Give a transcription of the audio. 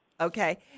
Okay